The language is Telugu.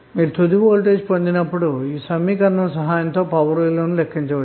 మీరు తుదివోల్టేజ్పొందినప్పుడుఈ సమీకరణం pi2Rv2R సహాయంతో పవర్ విలువను లెక్కించవచ్చు